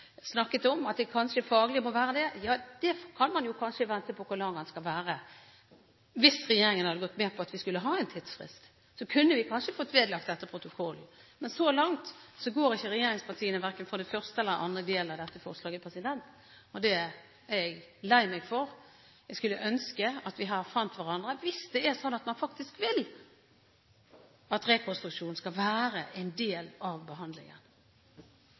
snakket om at den ut fra det faglige kanskje må være det. Man kan kanskje vente med hvor lang fristen skal være. Hvis regjeringspartiene hadde gått med på at vi skulle ha en tidsfrist, kunne vi kanskje fått det vedlagt protokollen, men regjeringspartiene går så langt ikke inn for verken det første eller det andre forslaget. Det er jeg lei meg for. Jeg skulle ønske at vi her fant hverandre, hvis det er slik at man faktisk vil at rekonstruksjon skal være en del av behandlingen.